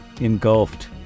Engulfed